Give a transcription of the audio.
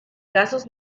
casos